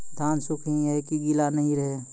धान सुख ही है की गीला नहीं रहे?